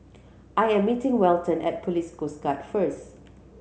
I am meeting Welton at Police Coast Guard first